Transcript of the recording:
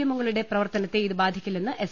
എമ്മുകളുടെ പ്രവർത്തനത്തെ ഇത് ബാധിക്കില്ലെന്ന് എസ്